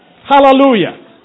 Hallelujah